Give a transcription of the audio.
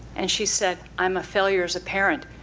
and she said, i'm a failure as a parent.